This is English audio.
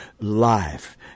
life